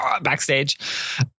backstage